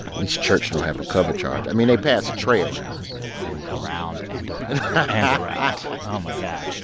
least church don't have a cover charge. i mean, they pass a tray around but. and around and around ah my god.